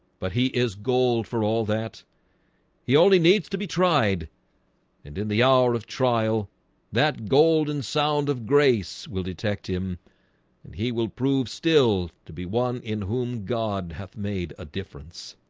but he is gold for all that he only needs to be tried and in the hour of trial that golden sound of grace will detect him and he will prove still to be one in whom god hath made a difference